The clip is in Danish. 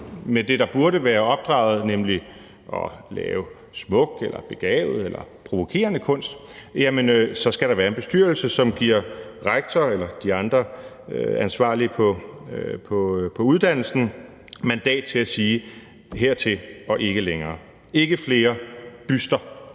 med det, der burde være opdraget, nemlig at lave smuk eller begavet eller provokerende kunst, jamen så skal der være en bestyrelse, som giver rektor eller de andre ansvarlige på uddannelsen mandat til at sige: Hertil og ikke længere! Ikke flere buster